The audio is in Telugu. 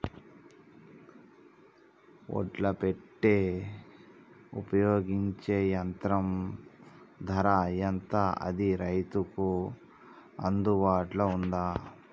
ఒడ్లు పెట్టే ఉపయోగించే యంత్రం ధర ఎంత అది రైతులకు అందుబాటులో ఉందా?